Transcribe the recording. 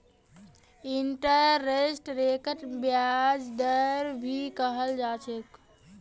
interest रेटक ब्याज दर भी कहाल जा छे